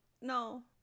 no